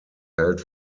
held